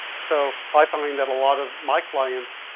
so i find that a lot of my clients,